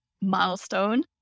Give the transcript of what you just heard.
milestone